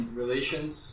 relations